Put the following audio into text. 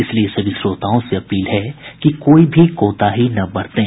इसलिए सभी श्रोताओं से अपील है कि कोई भी कोताही न बरतें